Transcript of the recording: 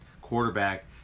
quarterback